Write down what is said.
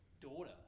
daughter